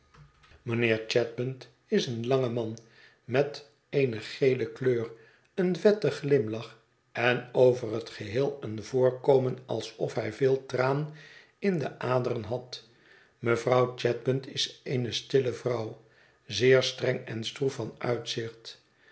mijnheer chadband is een lang man met eene gele kleur een vetten glimlach en over het geheel een voorkomen alsof hij veel traan in de aderen had mevrouw chadband is eene stille vrouw zeer streng en stroef van uitzicht